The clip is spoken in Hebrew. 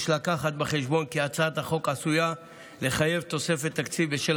יש להביא בחשבון כי הצעת החוק עשויה לחייב תוספת תקציב בשל